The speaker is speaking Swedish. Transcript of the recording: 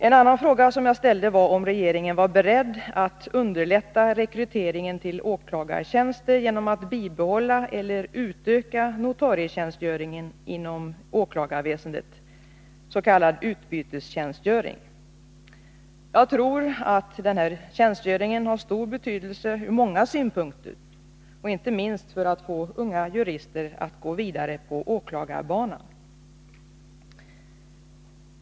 En annan fråga som jag ställde var om regeringen är beredd att underlätta rekryteringen till åklagartjänster genom att bibehålla eller utöka notarietjänstgöringen inom åklagarväsendet, s.k. utbytestjänstgöring. Jag tror att denna tjänstgöring har stor betydelse från många synpunkter, inte minst för att få unga jurister att gå vidare på åklagarbanan.